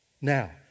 Now